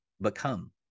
become